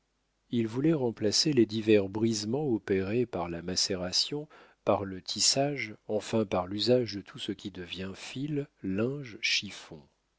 il voulait remplacer les divers brisements opérés par la macération par le tissage enfin par l'usage de tout ce qui devient fil linge